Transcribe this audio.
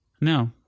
No